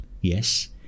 Yes